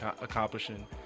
accomplishing